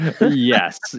Yes